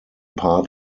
part